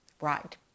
Right